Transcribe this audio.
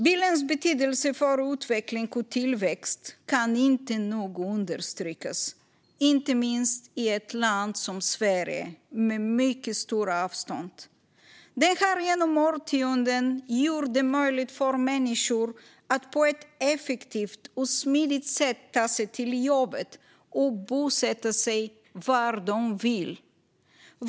Bilens betydelse för utveckling och tillväxt kan inte nog understrykas, inte minst i ett land som Sverige med mycket stora avstånd. Den har genom årtionden gjort det möjligt för människor att på ett effektivt och smidigt sätt ta sig till jobbet och att bosätta sig var de vill.